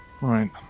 right